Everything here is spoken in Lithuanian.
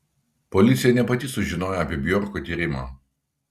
policija ne pati sužinojo apie bjorko tyrimą